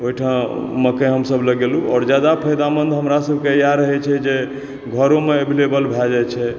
ओहिठाम मकइ के हमसब लगेलहुॅं आओर जादा फ़ायदामंद हमरा सबके इएह रहै छै जे घरोमे अवेलबल भए जाइ छै